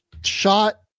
shot